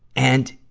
and